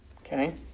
okay